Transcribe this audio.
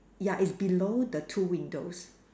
ya it's below the two windows